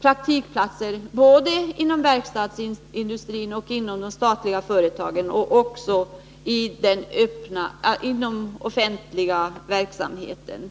praktikplatser både inom verkstadsindustrin och inom de statliga företagen och också inom den offentliga verksamheten.